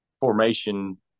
formation